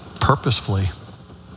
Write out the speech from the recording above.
purposefully